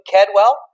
Kedwell